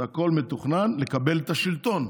הכול מתוכנן לקבל את השלטון.